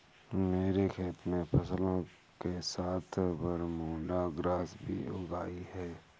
मेरे खेत में फसलों के साथ बरमूडा ग्रास भी उग आई हैं